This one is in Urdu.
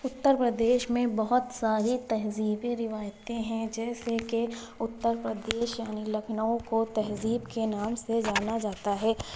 اتّر پردیش میں بہت ساری تہذیبی روایتیں ہیں جیسے کہ اتّر پردیش یعنی لکھنؤ کو تہذیب کے نام سے جانا جاتا ہے